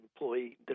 employee